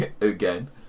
again